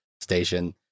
station